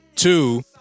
Two